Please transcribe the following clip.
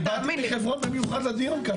אני באתי מחברון במיוחד לדיון כאן.